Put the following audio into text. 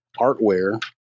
artware